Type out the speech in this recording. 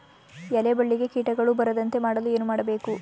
ಎಲೆ ಬಳ್ಳಿಗೆ ಕೀಟಗಳು ಬರದಂತೆ ಮಾಡಲು ಏನು ಮಾಡಬೇಕು?